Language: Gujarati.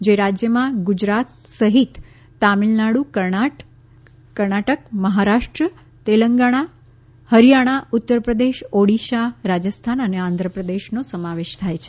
જે રાજ્યોમાં ગુજરાત સહિત તામિલનાડુ કર્ણાટક મહારાષ્ટ્ર તંલેગાણા હરિયાણા ઉત્તરપ્રદેશ ઓડિસા રાજસ્થાન અને આંધ્રપ્રદેશનો સમાવેશ થાય છે